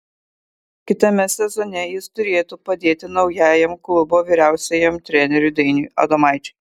kitame sezone jis turėtų padėti naujajam klubo vyriausiajam treneriui dainiui adomaičiui